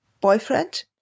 boyfriend